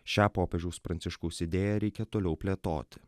šią popiežiaus pranciškaus idėją reikia toliau plėtoti